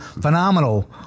Phenomenal